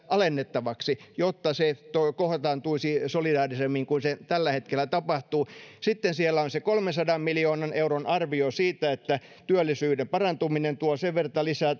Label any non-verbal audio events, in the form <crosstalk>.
alennettavaksi jotta se kohtaantuisi solidaarisemmin kuin se tällä hetkellä kohtaantuu sitten siellä on kolmensadan miljoonan euron arvio jonka verran työllisyyden parantuminen tuo lisää <unintelligible>